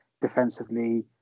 defensively